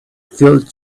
fried